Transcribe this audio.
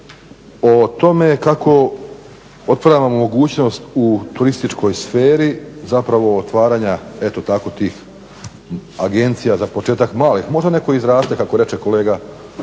o tome kako otvaramo mogućnost u turističkoj sferi zapravo otvaranja eto tako tih agencija za početak malih. Možda netko izraste kako reče kolega